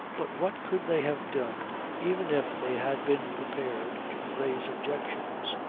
but what could they have done even if they had been prepared to raise objections.